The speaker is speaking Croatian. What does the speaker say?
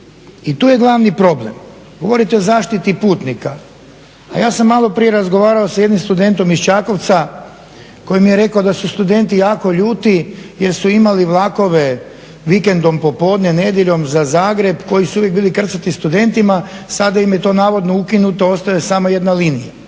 I tu je glavni problem. Govorite o zaštiti putnika, a ja sam malo prije razgovarao sa jednim studentom iz Čakovca koji mi je rekao da su studenti jako ljuti jer su imali vlakove vikendom popodne, nedjeljom za Zagreb koji su uvijek bili krcati studentima. Sada im je to navodno ukinuto, ostala je samo jedna linija.